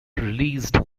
released